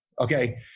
okay